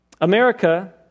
America